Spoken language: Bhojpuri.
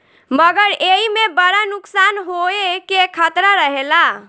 मगर एईमे बड़ा नुकसान होवे के खतरा रहेला